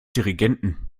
dirigenten